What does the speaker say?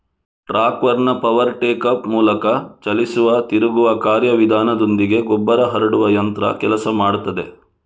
ಟ್ರಾಕ್ಟರ್ನ power take off ಮೂಲಕ ಚಲಿಸುವ ತಿರುಗುವ ಕಾರ್ಯ ವಿಧಾನದೊಂದಿಗೆ ಗೊಬ್ಬರ ಹರಡುವ ಯಂತ್ರ ಕೆಲಸ ಮಾಡ್ತದೆ